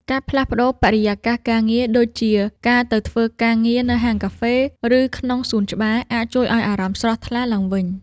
ការផ្លាស់ប្តូរបរិយាកាសការងារ ដូចជាការទៅធ្វើការនៅហាងកាហ្វេ ឬក្នុងសួនច្បារ អាចជួយឱ្យអារម្មណ៍ស្រស់ថ្លាឡើងវិញ។